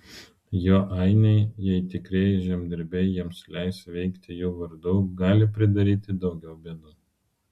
jo ainiai jei tikrieji žemdirbiai jiems leis veikti jų vardu gali pridaryti daugiau bėdų